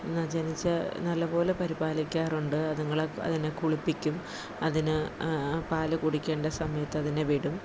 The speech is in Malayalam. ജനിച്ചാല് നല്ലപോലെ പരിപാലിക്കാറുണ്ട് അതിങ്ങളെ അതിനെ കുളിപ്പിക്കും അതിന് പാല് കുടിക്കേണ്ട സമയത്ത് അതിനെ വിടും